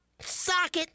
socket